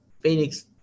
Phoenix